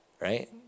right